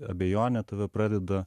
abejonė tave pradeda